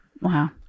Wow